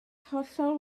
hollol